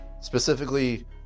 specifically